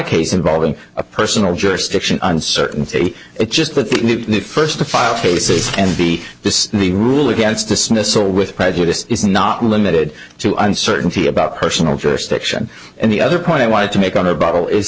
case involving a personal jurisdiction uncertainty it just but the first to file cases and be this the rule against dismissal with prejudice is not limited to uncertainty about personal jurisdiction and the other point i wanted to make on the bottle is